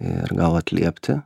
ir gal atliepti